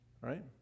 right